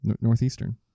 Northeastern